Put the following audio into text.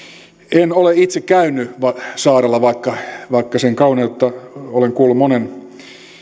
en en ole itse käynyt saarella vaikka vaikka sen kauneutta olen kuullut monen